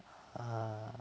err